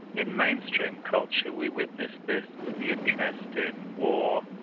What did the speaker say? in mainstream culture, we witness this, with the interest in war,